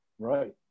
Right